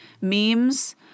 memes